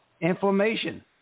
inflammation